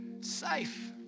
safe